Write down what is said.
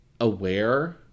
aware